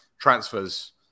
transfers